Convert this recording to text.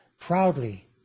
proudly